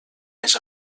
més